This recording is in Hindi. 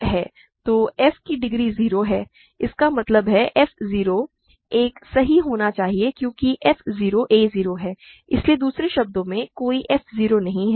तो f की डिग्री 0 है इसका मतलब है f 0 एक सही होना चाहिए क्योंकि f 0 a है इसलिए दूसरे शब्दों में कोई f 0 नहीं है